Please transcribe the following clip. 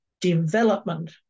development